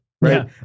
Right